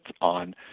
on